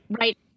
Right